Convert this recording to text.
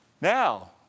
Now